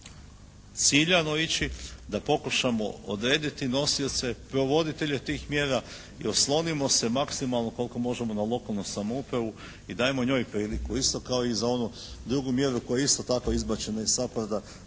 ciljano ići, da pokušamo odrediti nosioce, provoditelje tih mjera i oslonimo se maksimalno koliko možemo na lokalnu samoupravu i dajmo njoj priliku, isto kao i za onu drugu mjeru koja je isto tako izbačena iz SAPARD-a